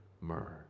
myrrh